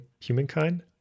humankind